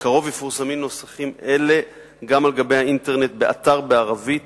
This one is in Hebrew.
בקרוב יפורסמו נוסחים אלה גם באינטרנט באתר בערבית